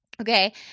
Okay